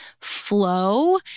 flow